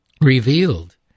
revealed